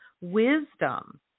wisdom